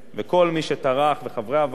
וחברי הוועדה שהיו בדיון,